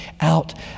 out